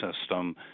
system